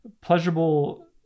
pleasurable